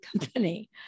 company